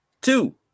Two